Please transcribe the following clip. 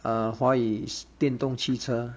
uh 华语 is 电动汽车